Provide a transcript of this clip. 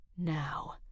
Now